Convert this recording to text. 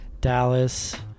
Dallas